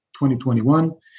2021